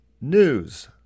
News